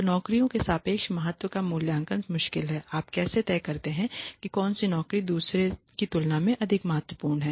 तो नौकरियों के सापेक्ष महत्व का मूल्यांकन मुश्किल है आप कैसे तय करते हैं कि कौन सी नौकरी दूसरे की तुलना में अधिक महत्वपूर्ण है